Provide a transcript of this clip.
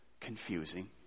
confusing